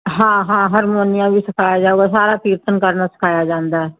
ਹਾਂ ਹਾਂ ਹਰਮੋਨੀਆ ਵੀ ਸਿਖਾਇਆ ਜਾਵੇਗਾ ਸਾਰਾ ਕੀਰਤਨ ਕਰਨ ਸਿਖਾਇਆ ਜਾਂਦਾ